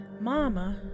Mama